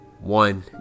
One